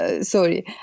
sorry